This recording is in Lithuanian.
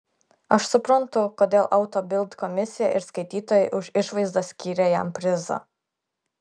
aš suprantu kodėl auto bild komisija ir skaitytojai už išvaizdą skyrė jam prizą